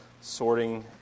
sorting